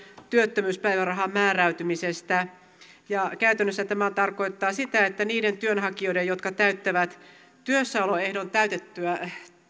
työttömyyspäivärahan määräytymisestä ja käytännössä tämä tarkoittaa sitä että niiden työnhakijoiden jotka täyttävät työssäoloehdon täytettyään